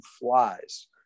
flies